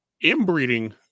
inbreeding